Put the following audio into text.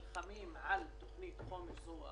והם כל פעם נלחמים על תוכנית חומש כזו או